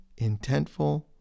intentful